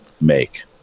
make